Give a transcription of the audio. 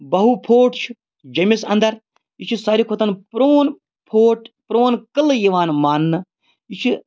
بٔہوٗ foot چھِ جیٚمِس اَنٛدَر یہِ چھِ ساروی کھۄتہٕ پرٛون فوٹ پرٛون قٕلہٕ یِوان مانٛنہٕ یہِ چھِ